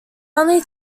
only